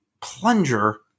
plunger